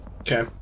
Okay